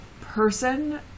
person